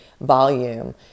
volume